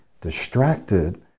distracted